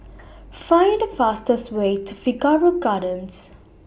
Find The fastest Way to Figaro Gardens